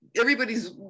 everybody's